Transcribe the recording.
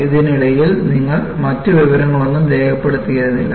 ഇതിനിടയിൽ നിങ്ങൾ മറ്റ് വിവരങ്ങളൊന്നും രേഖപ്പെടുത്തുന്നില്ല